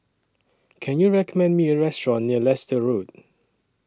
Can YOU recommend Me A Restaurant near Leicester Road